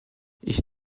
ich